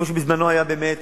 כמו שבאמת היה בזמנו,